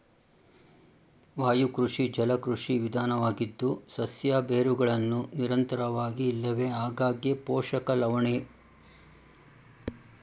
ವಾಯುಕೃಷಿ ಜಲಕೃಷಿ ವಿಧಾನವಾಗಿದ್ದು ಸಸ್ಯ ಬೇರುಗಳನ್ನು ನಿರಂತರವಾಗಿ ಇಲ್ಲವೆ ಆಗಾಗ್ಗೆ ಪೋಷಕ ಲವಣಹನಿಯಲ್ಲಿ ಒಡ್ಡಲಾಗ್ತದೆ